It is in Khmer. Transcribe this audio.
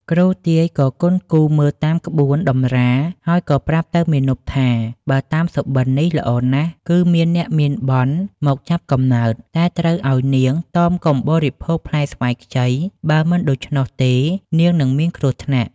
គ្រូទាយក៏គន់គូរមើលតាមក្បួនតម្រាហើយក៏ប្រាប់ទៅមាណពថា បើតាមសប្ដិនេះល្អណាស់ គឺមានអ្នកមានបុណ្យមកចាប់កំណើត តែត្រូវឲ្យនាងតមកុំបរិភោគផ្លែស្វាយខ្ចី បើមិនដូច្នោះទេនាងនឹងមានគ្រោះថ្នាក់។